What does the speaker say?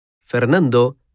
Fernando